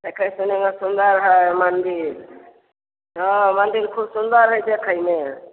देखैत सुनैमे सुन्दर हइ मन्दिल हँ मन्दिल खुब सुन्दर हइ देखैमे